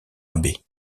abbé